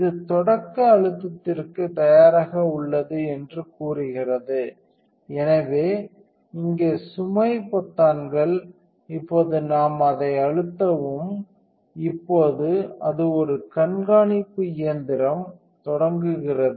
இது தொடக்க அழுத்தத்திற்கு தயாராக உள்ளது என்று கூறுகிறது எனவே இங்கே சுமை பொத்தான்கள் இப்போது நாம் அதை அழுத்தவும் இப்போது அது ஒரு கண்காணிப்பு இயந்திரம் தொடங்குகிறது